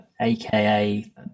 aka